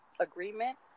agreement